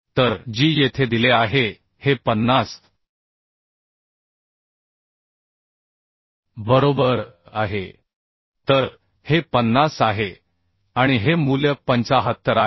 तर g येथे दिले आहे हे 50 बरोबर आहे तर हे 50 आहे आणि हे मूल्य 75 आहे